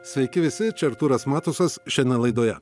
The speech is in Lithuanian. sveiki visi čia artūras matusas šiandien laidoje